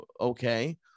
okay